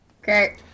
Okay